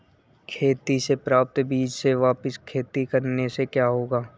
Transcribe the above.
खेती से प्राप्त बीज से वापिस खेती करने से क्या होगा?